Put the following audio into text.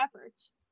efforts